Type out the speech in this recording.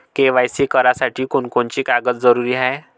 KYC करासाठी कोनची कोनची कागद जरुरी हाय?